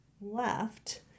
left